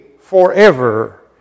forever